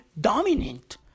dominant